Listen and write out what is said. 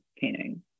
painting